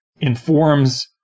informs